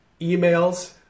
Emails